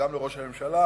וגם לראש הממשלה,